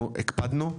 אנחנו הקפדנו,